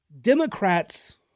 Democrats